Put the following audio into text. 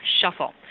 shuffle